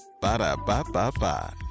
Ba-da-ba-ba-ba